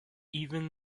even